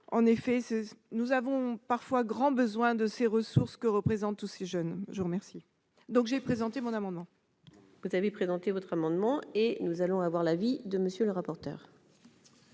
en effet, nous avons parfois grand besoin de ces ressources que représentent tous ces jeunes, je vous remercie donc j'ai présenté mon amendement. Vous avez présenté votre amendement et nous allons avoir l'avis de monsieur le rapporteur.